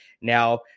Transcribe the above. Now